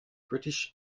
british